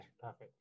Perfect